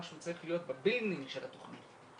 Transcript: שצריך להיות בבִּילְד אִין של התוכנית.